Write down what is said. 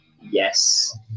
Yes